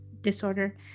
disorder